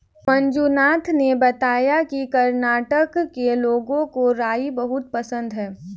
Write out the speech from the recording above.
मंजुनाथ ने बताया कि कर्नाटक के लोगों को राई बहुत पसंद है